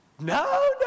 no